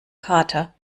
kater